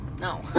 No